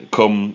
come